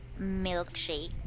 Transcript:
milkshake